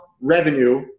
revenue